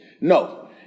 No